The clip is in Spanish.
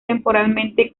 temporalmente